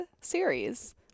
series